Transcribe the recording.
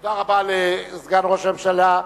תודה רבה לסגן ראש הממשלה.